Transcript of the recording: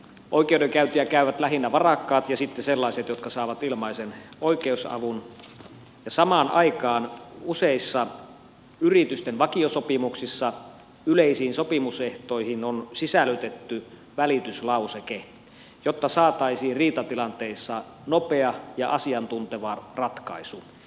oikeudenkäyntiä käyvät lähinnä varakkaat ja sitten sellaiset jotka saavat ilmaisen oikeusavun ja samaan aikaan useissa yritysten vakiosopimuksissa yleisiin sopimusehtoihin on sisällytetty välityslauseke jotta saataisiin riitatilanteissa nopea ja asiantunteva ratkaisu